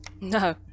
No